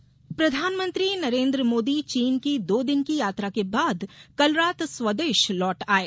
मोदी प्रधानमंत्री नरेन्द्र मोदी चीन की दो दिन की यात्रा के बाद कल रात स्वदेश लौट आये